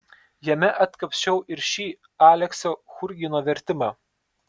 jame atkapsčiau ir šį aleksio churgino vertimą